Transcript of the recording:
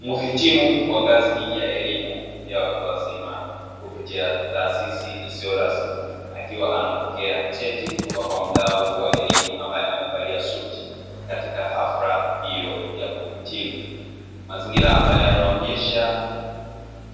Muhitimu wa ngazi ya elimu ya watu wazima kupitia taasisi isiyo rasmi, akiwa anapokea cheti kutoka kwa mdau wa elimu ambaye amevalia suti katika hafla hiyo ya kuhitimu. Mazingira ambayo yanaonyesha